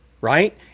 Right